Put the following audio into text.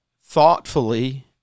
thoughtfully